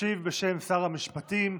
ישיב בשם שר המשפטים,